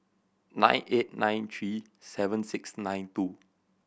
nine eight nine three seven six nine two